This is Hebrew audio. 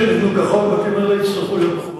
בתים שנבנו כחוק, בתים אלה יצטרכו להיות מחוברים.